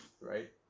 right